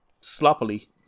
sloppily